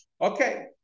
Okay